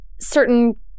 certain